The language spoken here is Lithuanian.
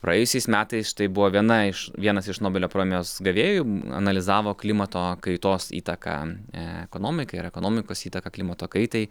praėjusiais metais štai buvo viena iš vienas iš nobelio prėmijos gavėjų analizavo klimato kaitos įtaką ekonomikai ir ekonomikos įtaką klimato kaitai